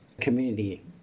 community